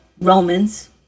Romans